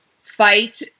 fight